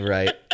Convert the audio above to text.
Right